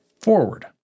forward